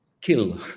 kill